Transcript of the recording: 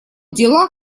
дела